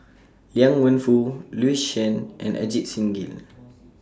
Liang Wenfu Louis Chen and Ajit Singh Gill